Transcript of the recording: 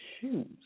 choose